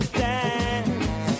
dance